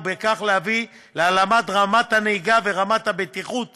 וכך להביא להעלאת רמת הנהיגה ורמת הבטיחות